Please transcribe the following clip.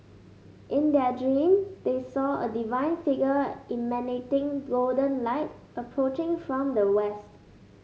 in their dream they saw a divine figure emanating golden light approaching from the west